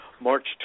March